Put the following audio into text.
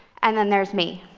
and then there's me.